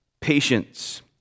patience